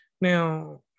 Now